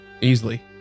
Easily